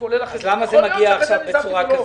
אז למה זה מגיע היום כך?